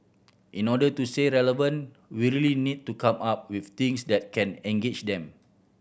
in order to stay relevant we really need to come up with things that can engage them